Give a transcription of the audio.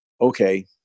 okay